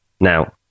now